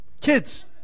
Kids